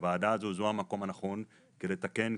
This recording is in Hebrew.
הוועדה הזאת זה המקום הנכון כדי לתקן,